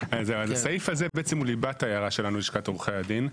הסעיף הזה הוא ליבת ההערה של לשכת עורכי הדין,